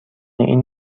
این